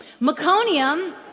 meconium